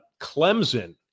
Clemson